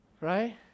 Right